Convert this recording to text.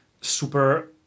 super